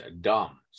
dumb